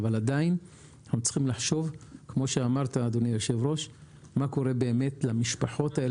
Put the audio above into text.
ועדיין צריך לחשוב מה קורה עם באמת למשפחות,